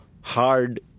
hard